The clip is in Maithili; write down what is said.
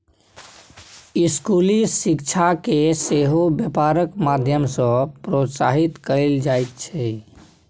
स्कूली शिक्षाकेँ सेहो बेपारक माध्यम सँ प्रोत्साहित कएल जाइत छै